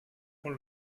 con